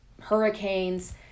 hurricanes